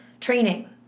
training